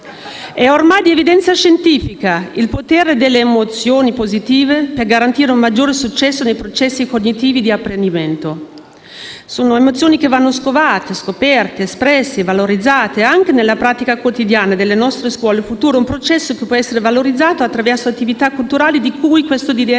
È ormai di evidenza scientifica il potere delle emozioni positive per garantire un maggior successo nei processi cognitivi di apprendimento. Tali emozioni vanno scovate, scoperte, espresse e valorizzate anche nella pratica quotidiana delle nostre scuole future. Si tratta di un processo che può essere valorizzato attraverso attività culturali di cui il disegno